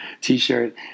T-shirt